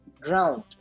ground